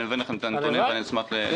אני אביא לכם את הנתונים ואשמח לתגובה.